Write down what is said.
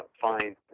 find